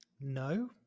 No